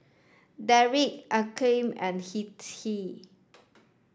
Derrick Akeem and Hettie